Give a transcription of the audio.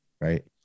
Right